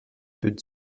peut